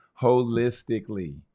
holistically